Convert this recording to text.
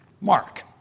Mark